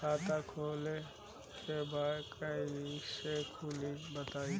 खाता खोले के बा कईसे खुली बताई?